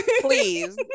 please